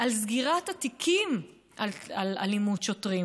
על סגירת התיקים על אלימות שוטרים